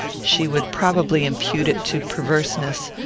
she would probably impute it to perverseness,